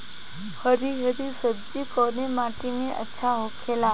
हरी हरी सब्जी कवने माटी में अच्छा होखेला?